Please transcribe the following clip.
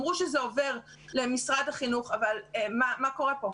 אמרו שזה עובר למשרד החינוך, אבל מה קורה פה?